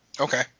Okay